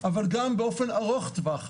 אבל גם באופן ארוך טווח,